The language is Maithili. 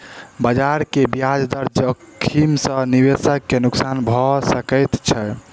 बजार के ब्याज दर जोखिम सॅ निवेशक के नुक्सान भ सकैत छै